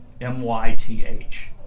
M-Y-T-H